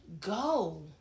go